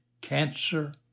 cancer